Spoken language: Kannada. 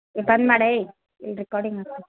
ಇಲ್ಲಿ ತನ್ ಮಾಡೇ ಇಲ್ಲಿ ರೆಕಾರ್ಡಿಂಗ್ ಆಗ್ತೈತಿ